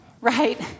right